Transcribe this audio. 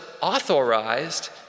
authorized